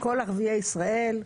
כל ערביי ישראל,